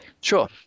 Sure